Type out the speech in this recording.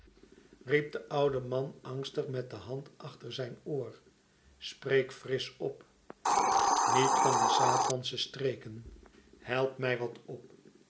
de oude man angstig met de hand achter zijn oor spreek frisch op niet van die satansche streken help mij wat op